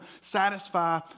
satisfy